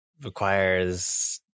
requires